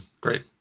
Great